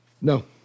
No